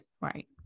Right